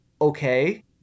okay